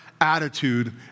attitude